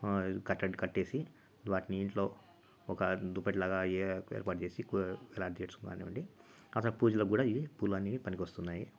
కట్టినవి కట్టేసి వాటిని ఇంట్లో ఒక దుప్పటి లాగా ఏ ఏర్పాటు చేసి కు గాడ్జెట్స్ కానివ్వండి అసలు పూజలకు కూడా ఇవి పూలు అనేవి పనికి వస్తున్నాయి